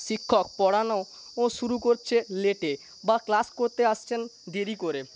শিক্ষক পড়ানোও শুরু করছে লেটে বা ক্লাস করতে আসছেন দেরি করে